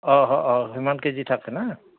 অঁ অঁ সিমান কেজি থাকে না